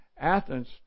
Athens